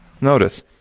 Notice